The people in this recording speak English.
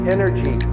energy